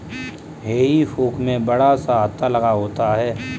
हेई fork में बड़ा सा हत्था लगा होता है